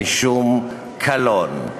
משום קלון".